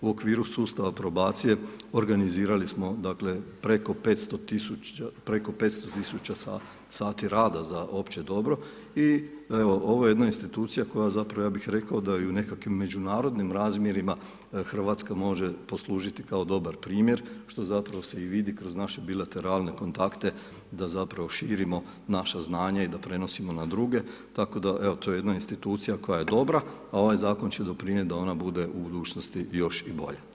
U okviru sustava probacije organizirali smo dakle preko 500 tisuća sati rada za opće dobro i evo ovo je jedna institucija koja zapravo ja bih rekao da je nekako u međunarodnim razmjerima Hrvatska može poslužiti kao dobar primjer što zapravo se vidi kroz naše bilateralne kontakte da zapravo širimo naša znanja i da prenosimo na druge tako da evo to je jedna institucija koja je dobra a ovaj Zakon će dopridonijeti da u budućnosti bude još i bolja.